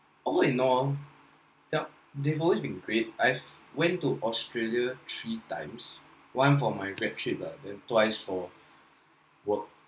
all in all yup they've always been pretty I've went to australia three times one for my grad trip lah then twice for work